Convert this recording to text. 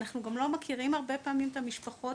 אנחנו גם לא מכירים הרבה פעמים את המשפחות